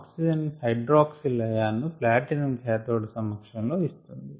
oxygen hydroxyl ion ను platinum cathode సమక్షం లో ఇస్తుంది